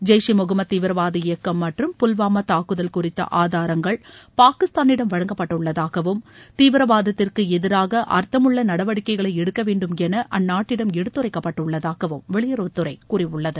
ஜெய்ஷ் ஈ முகமது தீவிரவாத இயக்கம் மற்றும் புல்வாமா தாக்குதல் குறித்த ஆதாரங்கள் பாகிஸ்தானிடம் வழங்கப்பட்டுள்ளதாகவும் தீவிரவாதத்திற்கு எதிராக நடவடிக்கைகளை எடுக்க வேண்டும் என அந்நாட்டிடம் எடுத்துரைக்கப்பட்டுள்ளதாகவும் வெளியுறவுத்துறை கூறியுள்ளது